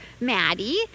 Maddie